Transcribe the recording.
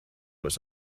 was